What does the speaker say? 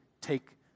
take